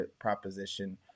proposition